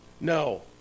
No